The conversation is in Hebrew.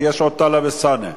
כי יש עוד טלב אלסאנע.